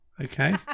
Okay